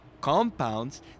compounds